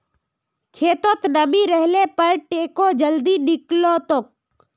खेतत नमी रहले पर टेको जल्दी निकलतोक